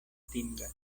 atingas